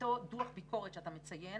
באותו דוח ביקורת שאתה מציין,